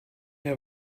der